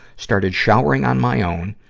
started showering on my own,